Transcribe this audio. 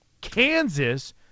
Kansas